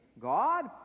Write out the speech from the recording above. God